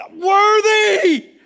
worthy